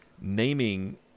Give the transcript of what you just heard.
naming